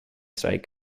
state